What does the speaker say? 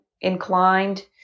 inclined